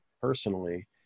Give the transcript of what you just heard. personally